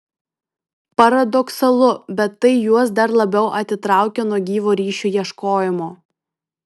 paradoksalu bet tai juos dar labiau atitraukia nuo gyvo ryšio ieškojimo